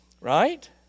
Right